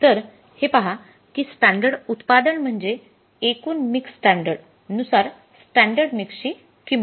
तर हे पहा की स्टॅंडर्ड उत्पादन म्हणजे एकूण मिक्स स्टॅंडर्ड नुसार स्टॅंडर्ड मिक्स ची किंमत होती